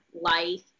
life